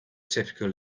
typical